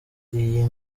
iyi